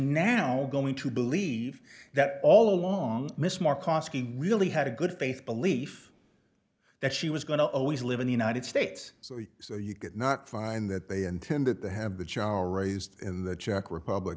now going to believe that all along miss moore cos he really had a good faith belief that she was going to always live in the united states so he so you could not find that they intended to have the char raised in the czech republic